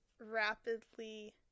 rapidly